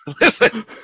Listen